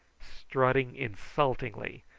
strutting insultingly,